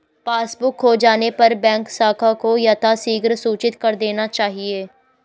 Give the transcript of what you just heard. passbook खो जाने पर बैंक शाखा को यथाशीघ्र सूचित कर देना चाहिए